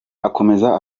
akomeza